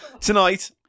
tonight